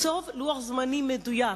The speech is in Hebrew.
לקצוב לוח זמנים מדויק